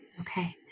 okay